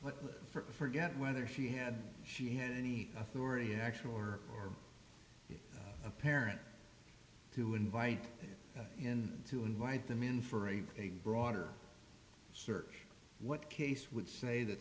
both forget whether she had she had any authority actually or a parent who invite in to invite them in for a broader search what case would say that